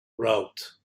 route